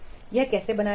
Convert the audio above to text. यह कैसे बनाया गया था